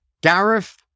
Gareth